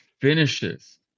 finishes